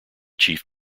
chief